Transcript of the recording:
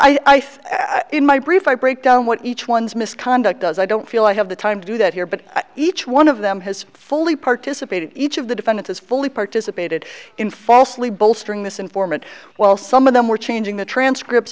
i break down what each one's misconduct does i don't feel i have the time to do that here but each one of them has fully participated each of the defendants is fully participated in falsely bolstering this informant while some of them were changing the transcript